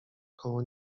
koło